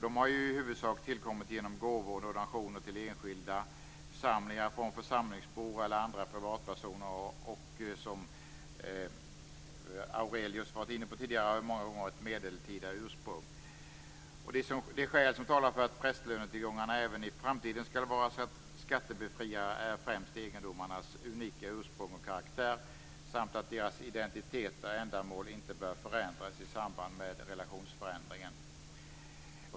De har i huvudsak tillkommit genom gåvor och donationer till enskilda församlingar från församlingsbor eller andra privatpersoner. De har, som Nils Fredrik Aurelius tidigare var inne på, många gånger ett medeltida ursprung. De skäl som talar för att prästlönetillgångarna även i framtiden skall vara skattebefriade är främst egendomarnas unika ursprung och karaktär samt att deras identiteter och ändamål inte bör förändras i samband med relationsförändringen.